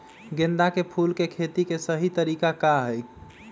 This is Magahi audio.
गेंदा के फूल के खेती के सही तरीका का हाई?